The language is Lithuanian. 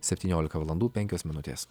septyniolika valandų penkios minutės